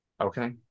Okay